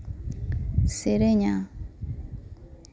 ᱥᱮᱨᱮᱧᱟ